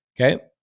Okay